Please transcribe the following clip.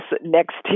next